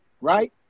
right